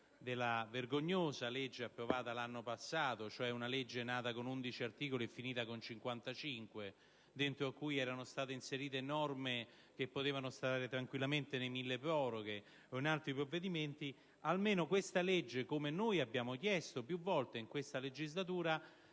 della vergognosa legge approvata l'anno passato (una legge nata con 11 articoli e finita con 55 articoli, all'interno dei quali erano state inserite norme che potevano stare tranquillamente nel cosiddetto milleproroghe o in altri provvedimenti), almeno questa legge, come noi abbiamo chiesto più volte in questa legislatura,